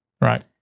Right